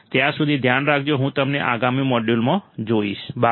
ત્યાં સુધી ધ્યાન રાખજો હું તમને આગામી મોડ્યુલમાં જોઈશ બાય